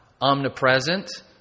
omnipresent